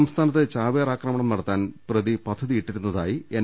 സംസ്ഥാ നത്ത് ചാവേറാക്രമണം നടത്താൻ പ്രതി പദ്ധതിയിട്ടിരുന്ന തായി എൻ